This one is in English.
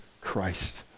Christ